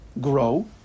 grow